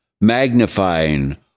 magnifying